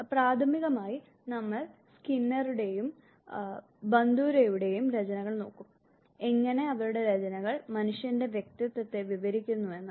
പ്രാഥമികമായി നമ്മൾ സ്കിന്നറുടെയും ബന്ദുരയുടെയും രചനകൾ നോക്കും എങ്ങനെ അവരുടെ രചനകൾ മനുഷ്യന്റെ വ്യക്തിത്വത്തെ വിവരിക്കുന്നു എന്നത്